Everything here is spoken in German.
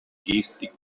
gestik